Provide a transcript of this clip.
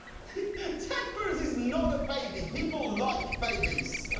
ted cruz is not a baby. people like babies.